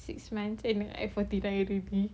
six months and I forty nine already